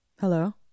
hello